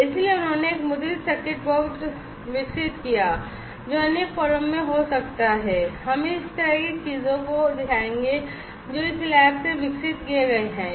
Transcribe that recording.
इसलिए उन्होंने एक मुद्रित सर्किट बोर्ड विकसित किया जो अन्य फोरम में हो सकता है हम इस तरह की चीजों को दिखाएंगे जो इस लैब से विकसित किए गए हैं